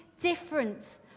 different